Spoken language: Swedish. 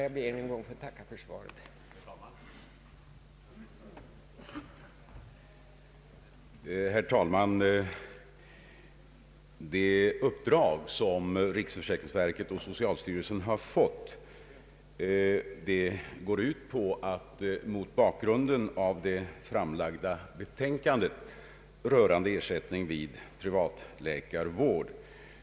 Jag ber än en gång att få tacka statsrådet för svaret.